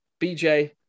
BJ